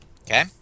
Okay